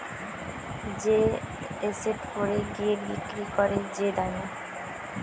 যে এসেট পরে গিয়ে বিক্রি করে যে দামে